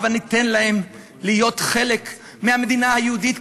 הבה ניתן להם להיות חלק מהמדינה היהודית.